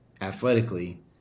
athletically